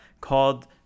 called